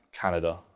Canada